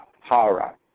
Hara